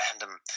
random